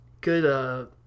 good